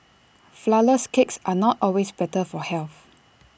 Flourless Cakes are not always better for health